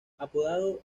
apodado